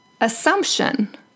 assumption